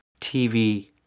TV